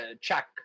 check